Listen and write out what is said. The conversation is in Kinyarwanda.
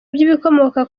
by’ibikomoka